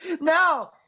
No